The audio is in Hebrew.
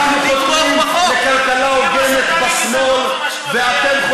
בלי גזענות אתם תומכים בחוק?